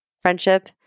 friendship